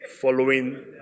following